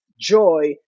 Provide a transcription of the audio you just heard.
joy